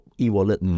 e-wallet